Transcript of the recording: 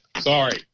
Sorry